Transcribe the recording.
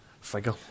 figure